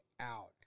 out